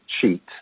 cheat